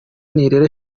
nirere